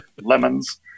lemons